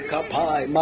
Kapai